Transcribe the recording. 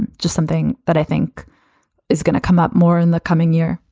and just something that i think is going to come up more in the coming year,